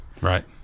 Right